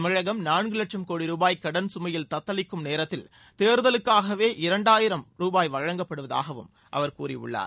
தமிழகம் நான்கு லட்சம் கோடி ரூபாய் கடன் சுமையில் தத்தளிக்கும் நேரத்தில் தேர்தலுக்காகவே இரண்டாயிரம் ரூபாய் வழங்கப்படுவதாகவும் அவர் கூறியுள்ளார்